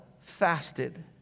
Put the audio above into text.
fasted